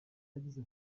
yagize